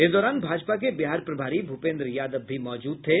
इस दौरान भाजपा के बिहार प्रभारी भूपेन्द्र यादव भी मौजूद थे